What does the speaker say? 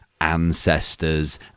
ancestors